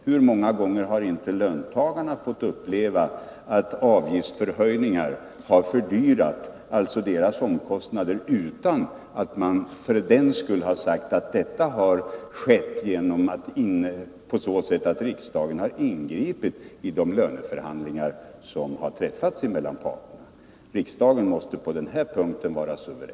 Hur många gånger har inte löntagarna fått uppleva att avgiftsförhöjningar har fördyrat deras omkostnader — utan att man för den skull har sagt att detta har skett genom att riksdagen ingripit i de löneavtal som träffats mellan parterna? Riksdagen måste på den här punkten vara suverän.